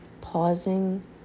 pausing